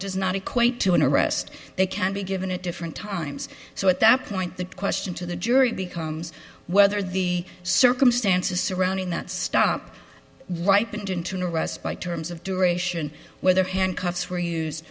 does not equate to an arrest they can be given at different times so at that point the question to the jury becomes whether the circumstances surrounding that stop right put into rest by terms of duration whether handcuffs were used